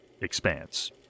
expanse